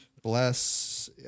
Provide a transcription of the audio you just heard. Bless